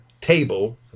table